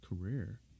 career